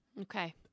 Okay